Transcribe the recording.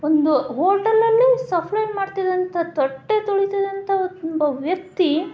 ಒಂದು ಹೋಟೆಲಲ್ಲಿ ಸಫ್ಲೈ ಮಾಡ್ತಿದ್ದಂಥ ತಟ್ಟೆ ತೊಳಿತಿದ್ದಂಥ ಒಬ್ಬ ವ್ಯಕ್ತಿ